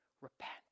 Repent